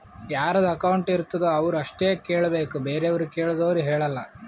ಯಾರದು ಅಕೌಂಟ್ ಇರ್ತುದ್ ಅವ್ರು ಅಷ್ಟೇ ಕೇಳ್ಬೇಕ್ ಬೇರೆವ್ರು ಕೇಳ್ದೂರ್ ಹೇಳಲ್ಲ